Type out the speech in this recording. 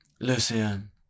Lucian